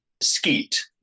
skeet